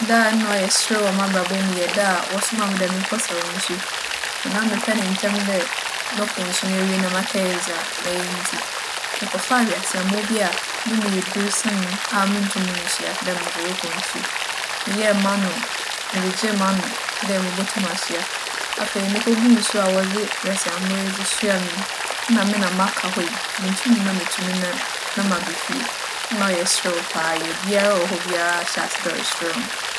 Da a nna ͻyɛ serew wͻ m'abrabͻ mu yɛ da a wͻsomaa me dɛ menkͻsaw nsu. Na nna mepɛ ne ntsɛm dɛ mͻkͻ nsu no ewie na makɛyɛ dza mɛyɛ ntsi, mekɛfaa hweaseammbͻ bi a no mu yɛ dur sen me a munntum nnsoa dɛ medze rokͻ nsu. Meyɛɛ m'ano - megyegyee m'ano dɛ mubotum asoa. Afei mukobuu nsu a wͻdze hweaseammbͻ yi soaa me yi, na me na maka hͻ yi, munntum na meetu me nan na maaba fie. Nna ͻyɛ serew paa yie. Obiara a ͻwͻ hͻ biara hyɛɛ ase dɛ ͻreserew me.